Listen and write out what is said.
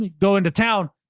go into town.